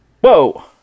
whoa